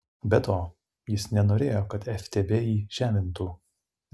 be to jis nenorėjo kad ftb jį žemintų